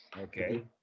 okay